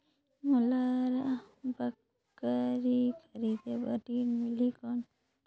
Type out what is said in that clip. मोला बकरी खरीदे बार ऋण मिलही कौन?